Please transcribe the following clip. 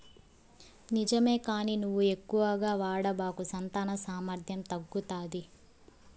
నిజమే కానీ నువ్వు ఎక్కువగా వాడబాకు సంతాన సామర్థ్యం తగ్గుతాది